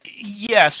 yes